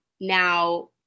now